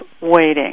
waiting